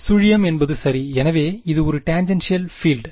சுழியம் என்பது சரி எனவே இது ஒரு டேன்ஜென்ஷியல் பீல்ட்